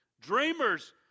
Dreamers